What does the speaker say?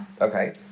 Okay